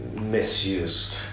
misused